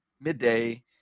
midday